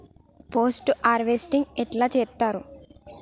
Post harvesting ఎట్ల చేత్తరు?